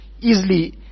easily